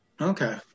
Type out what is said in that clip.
Okay